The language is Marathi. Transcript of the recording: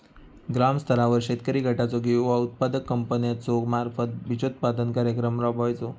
ग्रामस्तरावर शेतकरी गटाचो किंवा उत्पादक कंपन्याचो मार्फत बिजोत्पादन कार्यक्रम राबायचो?